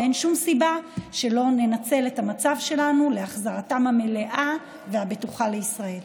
ואין שום סיבה שלא ננצל את המצב שלנו להחזרתם המלאה והבטוחה לישראל.